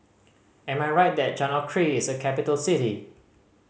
am I right that Conakry is a capital city